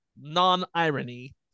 non-irony